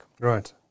Right